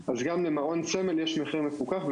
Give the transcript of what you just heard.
גם למעון סמל יש מחיר מפוקח,